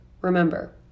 Remember